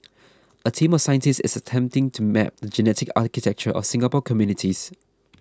a team of scientists is attempting to map the genetic architecture of Singapore's communities